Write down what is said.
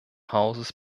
hauses